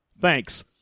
Thanks